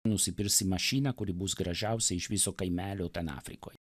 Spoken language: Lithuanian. nusipirsi mašiną kuri bus gražiausia iš viso kaimelio ten afrikoje